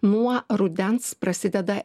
nuo rudens prasideda